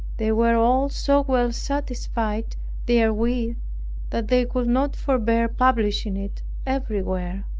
they were all so well satisfied therewith, that they could not forbear publishing it everywhere.